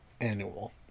annual